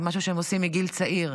זה משהו שהם עושים מגיל צעיר.